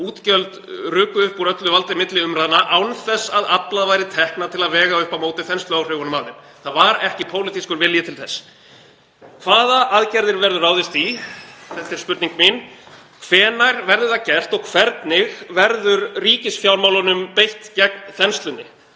Útgjöld ruku upp úr öllu valdi milli umræðna án þess að aflað væri tekna til að vega upp á móti þensluáhrifunum af þeim, það var ekki pólitískur vilji til þess. Hvaða aðgerðir verður ráðist í? Þetta er spurning mín. Hvenær verður það gert og hvernig verður ríkisfjármálunum beitt gegn þenslunni?